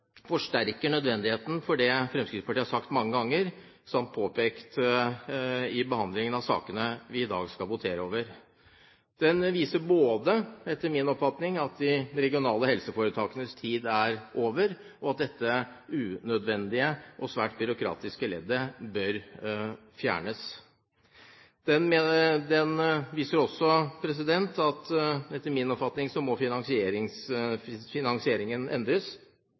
forsterker nødvendigheten av det som Fremskrittspartiet har sagt mange ganger, samt påpekt i behandlingen av sakene som vi i dag skal votere over. Hendelsene viser etter min oppfatning både at de regionale helseforetakenes tid er over og at dette unødvendige og svært byråkratiske leddet bør fjernes. Etter min oppfatning viser de også at finansieringen må endres.